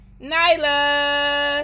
Nyla